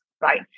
right